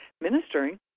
ministering